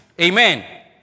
Amen